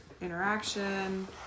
interaction